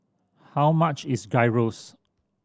how much is Gyros